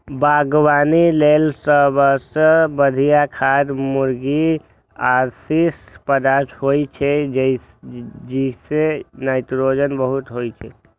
बागवानी लेल सबसं बढ़िया खाद मुर्गीक अवशिष्ट पदार्थ होइ छै, जइमे नाइट्रोजन बहुत होइ छै